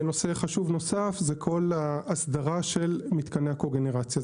נושא חשוב נוסף זה כל ההסדרה של מתקני הקוגנרציה.